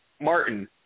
Martin